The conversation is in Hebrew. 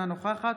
אינה נוכחת